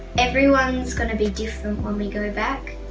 everyone's going to be different when we go back.